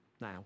now